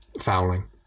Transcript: fouling